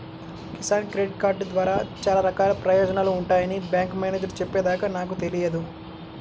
Kisan credit card ద్వారా చాలా రకాల ప్రయోజనాలు ఉంటాయని బ్యాంకు మేనేజేరు చెప్పే దాకా నాకు తెలియదు